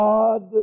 God